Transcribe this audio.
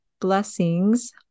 blessings